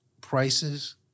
prices